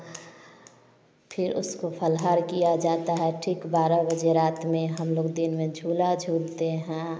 फिर उसको फलहार किया जाता है ठीक बारह बजे रात में हम लोग दिन में झूला झूलते हैं